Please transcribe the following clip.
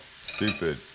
Stupid